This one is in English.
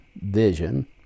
vision